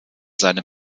seine